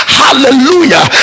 hallelujah